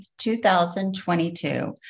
2022